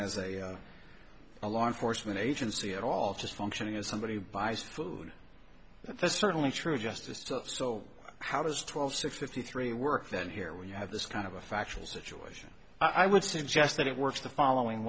a a law enforcement agency at all just functioning as somebody buys food that's certainly true justice to if so how does twelve six fifty three work then here when you have this kind of a factual situation i would suggest that it works the following